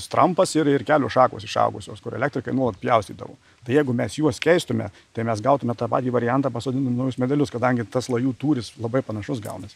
strampas ir ir kelios šakos išaugusios kur elektrikai nuolat pjaustydavo tai jeigu mes juos keistume tai mes gautume tą patį variantą pasodinę naujus medelius kadangi tas lajų tūris labai panašus gaunas